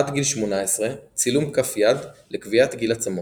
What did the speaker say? עד גיל 18, צילום כף יד לקביעת גיל עצמות.